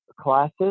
classes